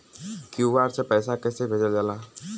QR से पैसा कैसे भेजल जाला?